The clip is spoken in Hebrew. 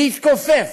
מי התכופף,